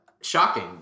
shocking